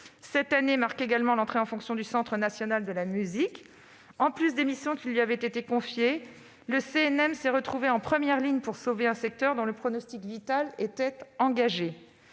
Cette année marque également l'entrée en fonction du Centre national de la musique. En plus des missions qui lui avaient été confiées, le CNM s'est retrouvé en première ligne pour sauver un secteur dont le pronostic vital était engagé.